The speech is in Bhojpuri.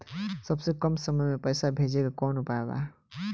सबसे कम समय मे पैसा भेजे के कौन उपाय बा?